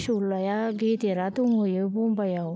फिसौज्लाया गेदेरा दंहैयो बम्बाइआव